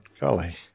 Golly